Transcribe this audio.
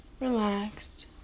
relaxed